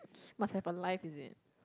must have a life is it